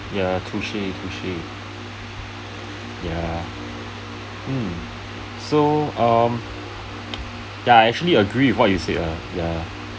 ya touche touche ya um so um ya I actually agree with what you say ah ya